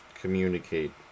communicate